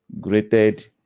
grated